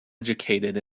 educated